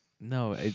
No